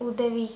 உதவி